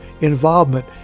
involvement